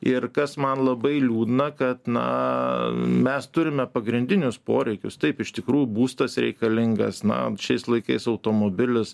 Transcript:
ir kas man labai liūdna kad na mes turime pagrindinius poreikius taip iš tikrųjų būstas reikalingas na šiais laikais automobilis